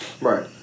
Right